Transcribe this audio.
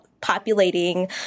populating